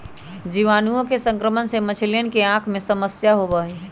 जीवाणुअन के संक्रमण से मछलियन के आँख में समस्या होबा हई